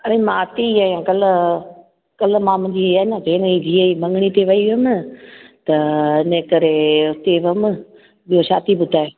अरे मांसी ईअं कल्ह कल्ह मां मुंहिंजी हीअ आहे ना भेण जी धीअ जी मङनी ते वई हुयमि त हिन करे हुते वई हुयमि न ॿियो छा थी ॿुधाए